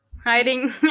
hiding